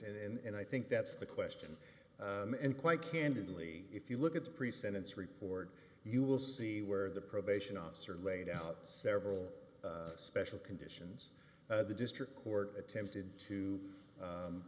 and i think that's the question and quite candidly if you look at the pre sentence report you will see where the probation officer laid out several special conditions the district court attempted to